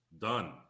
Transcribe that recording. done